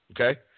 okay